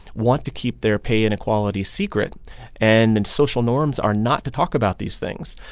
want to keep their pay inequality secret and then social norms are not to talk about these things,